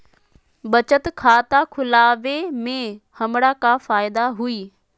बचत खाता खुला वे में हमरा का फायदा हुई?